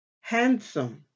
handsome